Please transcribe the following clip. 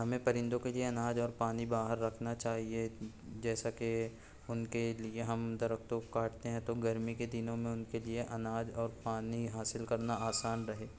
ہمیں پرندوں کے لیے اناج اور پانی باہر رکھنا چاہیے جیسا کہ ان کے لیے ہم درختوں کو کاٹتے ہیں تو گرمی کے دنوں میں ان کے لیے اناج اور پانی حاصل کرنا آسان رہے